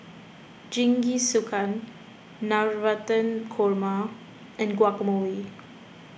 Jingisukan Navratan Korma and Guacamole